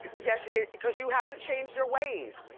yes, cause you haven't changed your ways.